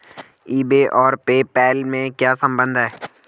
ई बे और PayPal में क्या संबंध है?